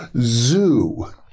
zoo